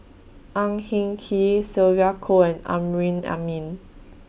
Ang Hin Kee Sylvia Kho and Amrin Amin